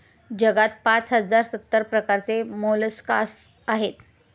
जगात पाच हजार सत्तर प्रकारचे मोलस्कास आहेत